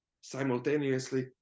simultaneously